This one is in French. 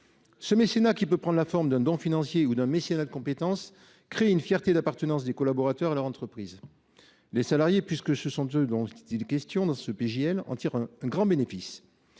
Ce mécénat, qui peut prendre la forme d’un don financier ou d’un mécénat de compétences, crée une fierté d’appartenance des collaborateurs dans leur entreprise. Les salariés, puisque c’est d’eux qu’il est question dans ce projet de loi, en tirent un grand bénéfice.